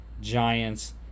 Giants